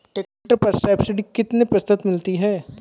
Tractor पर subsidy कितने प्रतिशत मिलती है?